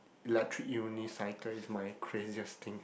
electric unicycle is my craziest thing